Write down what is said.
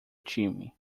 time